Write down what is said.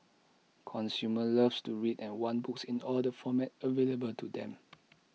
consumers love to read and want books in all the formats available to them